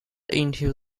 into